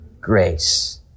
grace